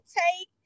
take